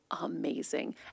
amazing